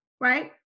right